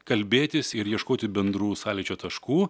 kalbėtis ir ieškoti bendrų sąlyčio taškų